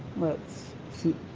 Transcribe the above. let's see,